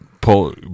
pull